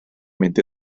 mynd